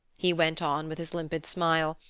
he went on with his limpid smile,